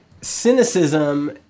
cynicism